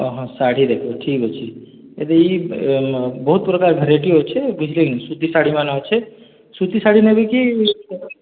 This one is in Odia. ଓହୋ ଶାଢ଼ୀ ଦେଖ୍ବେ ଠିକ୍ ଅଛେ ଏବେ ଇ ବହୁତ୍ ପ୍ରକାର୍ ଭେରାଇଟି ଅଛେ ବୁଝ୍ଲେ କି ସୁତୀ ଶାଢ଼ୀମାନେ ଅଛେ ସୂତୀ ଶାଢ଼ୀ ନେବେ କି